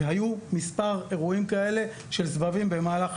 היו מספר אירועים כאלה של סבבים במהלך